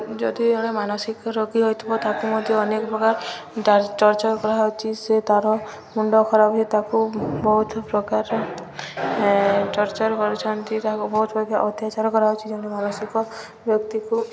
ଯଦି ଜଣେ ମାନସିକ ରୋଗୀ ହୋଇଥିବ ତାକୁ ମଧ୍ୟ ଅନେକ ପ୍ରକାର ଟା ଟର୍ଚର୍ କରାହଉଛି ସେ ତା'ର ମୁଣ୍ଡ ଖରାପ ହୁଏ ତାକୁ ବହୁତ ପ୍ରକାର ଟର୍ଚର୍ କରୁଛନ୍ତି ତାକୁ ବହୁତ ପ୍ରକାର ଅତ୍ୟାଚାର କରାହେଉଛି ଜଣେ ମାନସିକ ବ୍ୟକ୍ତିକୁ